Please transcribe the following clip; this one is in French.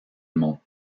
monts